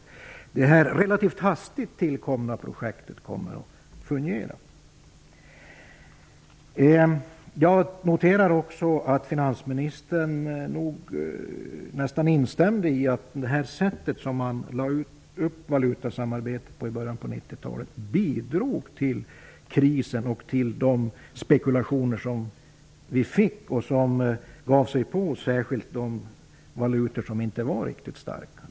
Frågan är alltså om det här relativt hastigt tillkomna projektet kommer att fungera. Jag noterar också att finansministern nästan instämde i att det sätt på vilket man lade upp valutasamarbetet i början av 90-talet bidrog till krisen och till de spekulationer som vi fick och som gav sig på särskilt de valutor som inte var riktigt starka.